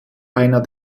einer